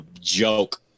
joke